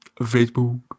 facebook